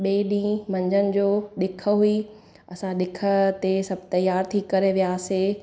ॿिए ॾींहुं मंझंदि जो ॾिख हुई असां ॾिख ते सभु तयारु थी करे वियासीं